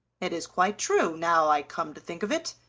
it is quite true, now i come to think of it,